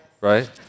right